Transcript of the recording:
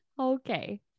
Okay